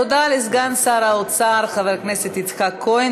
תודה לסגן שר האוצר, חבר הכנסת יצחק כהן.